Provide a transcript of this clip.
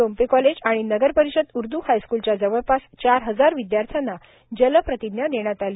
Tompe college आणि नगर परिषद उर्दू हायस्कूलच्या जवळपास चार हजार विदयार्थ्यांना जल प्रतिज्ञा देण्यात आली